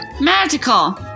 Magical